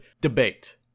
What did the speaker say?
debate